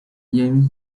james